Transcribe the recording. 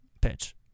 pitch